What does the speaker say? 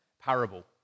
parable